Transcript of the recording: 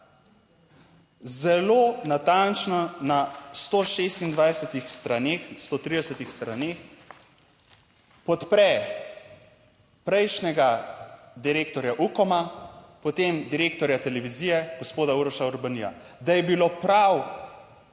zelo natančno, na 126 straneh, 130 straneh podpre prejšnjega direktorja Ukoma, potem direktorja televizije, gospoda Uroša Urbanija, da je bilo prav,